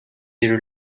you